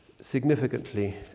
significantly